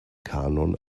kanon